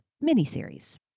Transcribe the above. mini-series